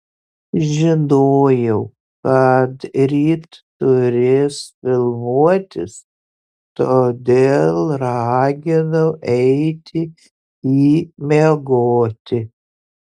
žinojau kad ryt turės filmuotis todėl raginau eiti į miegoti